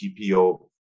TPO